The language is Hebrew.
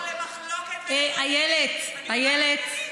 את הפכת אותו למחלוקת, איילת, איילת.